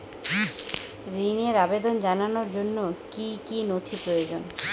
ঋনের আবেদন জানানোর জন্য কী কী নথি প্রয়োজন?